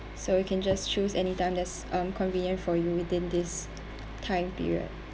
so you can just choose any time that's um convenient for you within this time period